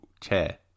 chair